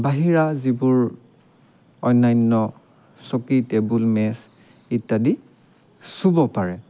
বাহিৰা যিবোৰ অন্যান্য চকী টেবুল মেচ ইত্যাদি চুব পাৰে